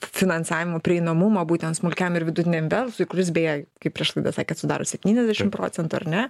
finansavimo prieinamumą būtent smulkiam ir vidutiniam verslui kuris beje kaip prieš laidą sakėt sudaro septyniasdešimt procentų ar ne